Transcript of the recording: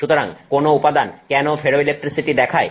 সুতরাং কোন উপাদান কেন ফেরোইলেকট্রিসিটি দেখায়